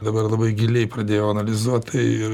dabar labai giliai pradėjau analizuot tai